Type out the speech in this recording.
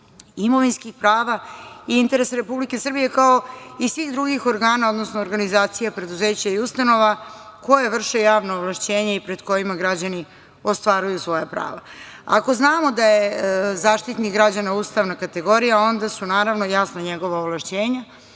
imovinskih prava i interes Republike Srbije, kao i svih drugih organa, odnosno organizacija preduzeća i ustanova koje vrše javno ovlašćenje i pred kojima građani ostvaruju svoja prava. Ako znamo da je Zaštitnik građana ustavna kategorija onda su naravno jasna i njegova ovlašćenja